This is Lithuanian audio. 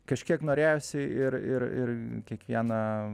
kažkiek norėjosi ir ir ir kiekvieną